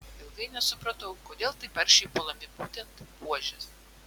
ilgai nesupratau kodėl taip aršiai puolami būtent buožės